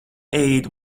aide